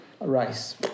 rice